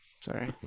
Sorry